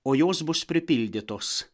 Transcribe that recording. o jos bus pripildytos